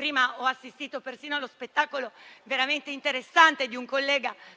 Prima ho assistito persino allo spettacolo veramente interessante di un collega della